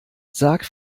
sag